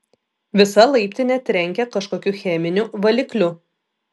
visa laiptinė trenkė kažkokiu cheminiu valikliu